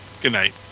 Goodnight